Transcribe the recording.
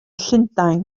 llundain